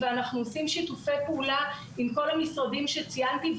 ואנחנו עושים שיתופי פעולה עם כל המשרדים שציינתי,